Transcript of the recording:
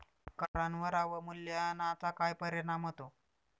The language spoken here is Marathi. करांवर अवमूल्यनाचा काय परिणाम होतो?